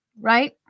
right